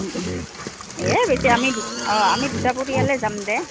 এই বেছি আমি দু অঁ আমি দুটা পৰিয়ালে যাম দে